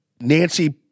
Nancy